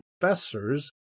professors